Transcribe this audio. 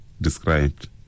described